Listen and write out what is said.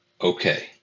okay